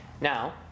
Now